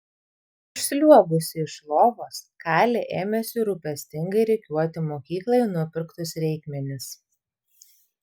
išsliuogusi iš lovos kali ėmėsi rūpestingai rikiuoti mokyklai nupirktus reikmenis